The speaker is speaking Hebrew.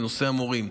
בנושא המורים.